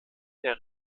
der